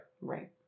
Right